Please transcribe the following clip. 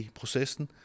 processen